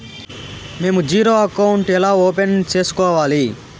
మేము zero account ఎలా open సేసుకోవాలి